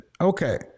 Okay